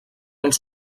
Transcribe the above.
els